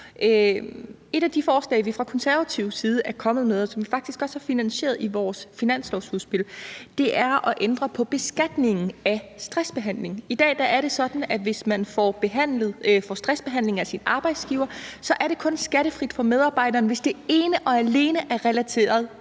Et af de forslag, vi fra Konservatives side er kommet med, og som vi faktisk også har finansieret i vores finanslovsudspil, er at ændre på beskatningen af stressbehandling. I dag er det sådan, at hvis man får stressbehandling af sin arbejdsgiver, er det kun skattefrit for medarbejderen, hvis det ene og alene er relateret